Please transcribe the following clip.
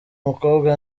mukobwa